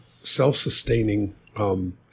self-sustaining